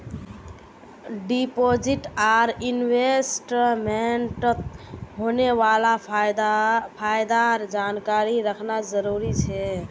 deposit आर इन्वेस्टमेंटत होने वाला फायदार जानकारी रखना जरुरी छे